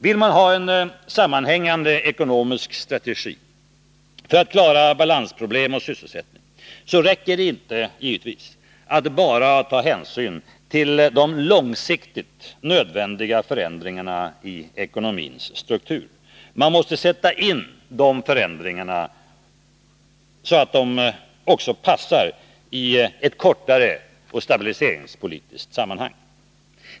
Vill man ha en sammanhängande ekonomisk strategi för att klara balansproblem och sysselsättning räcker det givetvis inte att bara ta hänsyn till de långsiktigt nödvändiga förändringarna i ekonomins struktur. Man måste sätta in de förändringarna så att de också passar i ett kortare — och ett stabiliseringspolitiskt — sammanhang.